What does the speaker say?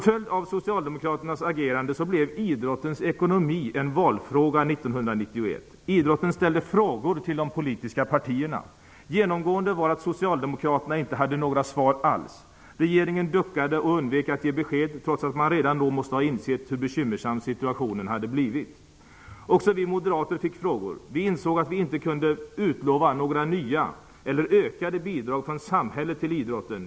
Idrottsrörelsens ekonomi blev som en följd av Idrottsrörelsen ställde frågor till de politiska partierna. Genomgående var att Socialdemokraterna inte hade några svar alls. Regeringen duckade och undvek att ge besked trots att man redan då måste ha insett hur bekymmersam situationen blivit. Också vi moderater fick frågor. Vi insåg att vi inte kunde utlova några nya eller ökade bidrag från samhället till idrotten.